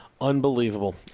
Unbelievable